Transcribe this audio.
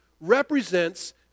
represents